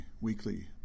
weekly